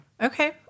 okay